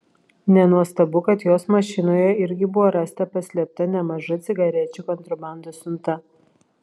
nenuostabu kad jos mašinoje irgi buvo rasta paslėpta nemaža cigarečių kontrabandos siunta